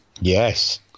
Yes